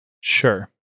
sure